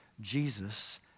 Jesus